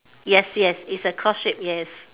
yes yes it's a cross shape yes